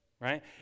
right